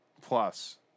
Plus